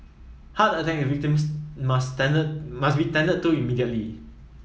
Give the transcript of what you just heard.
heart attack victims must tended must be tended to immediately